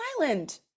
island